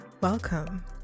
Welcome